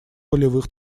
полевых